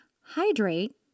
hydrate